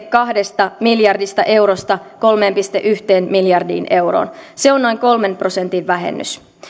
kahdesta miljardista eurosta kolmeen pilkku yhteen miljardiin euroon se on noin kolmen prosentin vähennys